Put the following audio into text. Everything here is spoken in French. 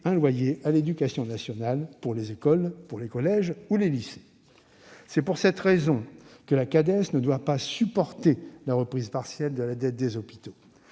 un loyer à l'éducation nationale pour les écoles, les collèges ou les lycées ! Bonne idée ! C'est pour cette raison que la Cades ne doit pas se voir affecter la reprise partielle de la dette des hôpitaux.